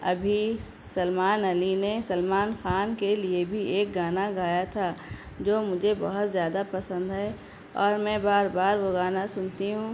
ابھی سلمان علی نے سلمان خان کے لیے بھی ایک گانا گایا تھا جو مجھے بہت زیادہ پسند ہے اور میں بار بار وہ گانا سنتی ہوں